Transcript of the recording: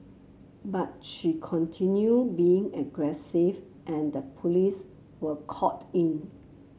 but she continue being aggressive and the police were called in